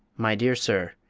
my dear sir,